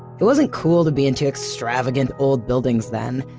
it wasn't cool to be into extravagant old buildings then.